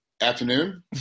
afternoon